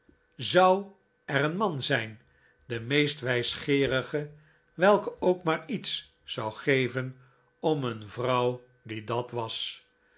zou er een man zijn de meest wijsgeerige welke ook maar iets zou geven om een vrouw die dat was